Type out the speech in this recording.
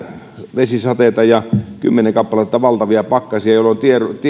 vesisateita ja kymmenen kappaletta valtavia pakkasia jolloin